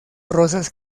rosas